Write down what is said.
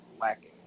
lacking